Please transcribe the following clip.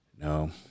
No